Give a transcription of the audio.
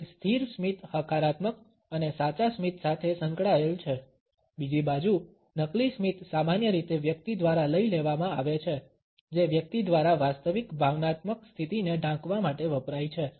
એક સ્થિર સ્મિત હકારાત્મક અને સાચા સ્મિત સાથે સંકળાયેલ છે બીજી બાજુ નકલી સ્મિત સામાન્ય રીતે વ્યક્તિ દ્વારા લઈ લેવામાં આવે છે જે વ્યક્તિ દ્વારા વાસ્તવિક ભાવનાત્મક સ્થિતિને ઢાંકવા માટે વપરાય છે